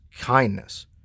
kindness